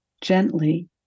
Gently